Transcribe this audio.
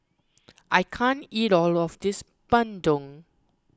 I can't eat all of this bandung